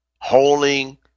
Holding